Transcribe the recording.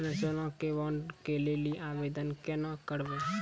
हम्मे सोना के बॉन्ड के लेली आवेदन केना करबै?